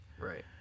right